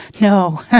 no